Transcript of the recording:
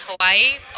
Hawaii